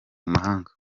mahanga